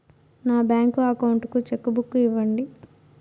నా bank account కు cheque book ఇవ్వండి